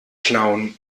clown